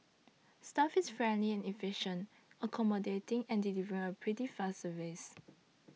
staff is friendly and efficient accommodating and delivering a pretty fast service